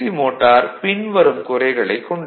motor பின்வரும் குறைகளைக் கொண்டது